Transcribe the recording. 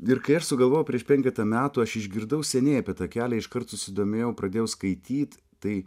ir kai aš sugalvojau prieš penketą metų aš išgirdau seniai apie tą kelią iškart susidomėjau pradėjau skaityt tai